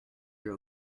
are